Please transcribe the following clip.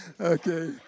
Okay